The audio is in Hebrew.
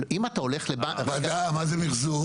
אם אתה הולך לבנק --- מה זה מחזור?